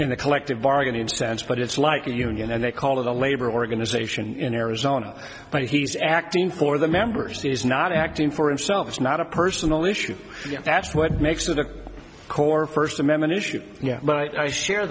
a collective bargaining sense but it's like a union and they call it a labor organization in arizona but he's acting for the members he's not acting for himself it's not a personal issue that's what makes it a core first amendment issue yeah but i share